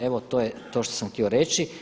Evo to je to što sam htio reći.